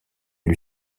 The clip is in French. lui